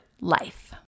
life